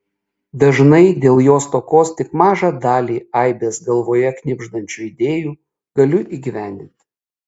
dažnai dėl jo stokos tik mažą dalį aibės galvoje knibždančių idėjų galiu įgyvendinti